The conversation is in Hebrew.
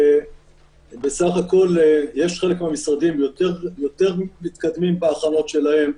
בסך הכול יש חלק מהמשרדים יותר מתקדמים בהכנות שלהם,